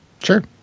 Sure